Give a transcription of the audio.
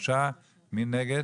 3. מי נגד?